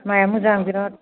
माइआ मोजां बिरात